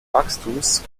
wachstums